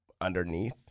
underneath